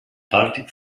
baltic